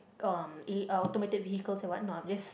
uh automatic vehicles and what not I'm just